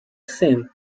same